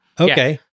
Okay